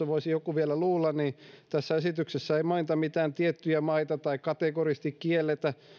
voisi joku ehkä vielä luulla että tässä esityksessä ei mainita mitään tiettyjä maita tai kategorisesti kielletä